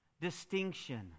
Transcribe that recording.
distinction